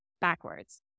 backwards